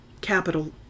capital